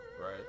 Right